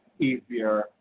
easier